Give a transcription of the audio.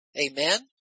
Amen